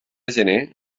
gener